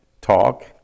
talk